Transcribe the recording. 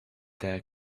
their